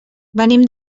venim